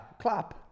clap